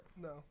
No